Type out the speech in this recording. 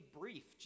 brief